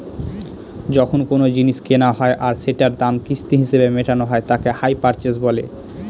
যখন কোনো জিনিস কেনা হয় আর সেটার দাম কিস্তি হিসেবে মেটানো হয় তাকে হাই পারচেস বলে